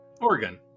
Oregon